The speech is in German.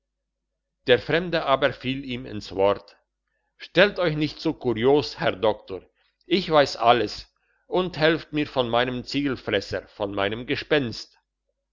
der fremde aber fiel ihm ins wort stellt euch nicht so kurios herr doktor ich weiss alles und helft mir von meinem ziegelfresser von meinem gespenst